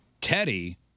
Teddy